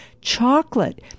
chocolate